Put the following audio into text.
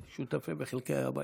השותפים וחלקי הבית.